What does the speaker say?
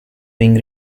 being